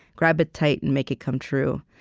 grab it tight, and make it come true.